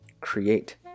create